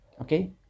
okay